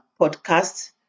podcast